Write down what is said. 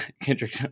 Kendrick